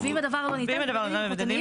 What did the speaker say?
"ואם הדבר לא ניתן במדדים איכותניים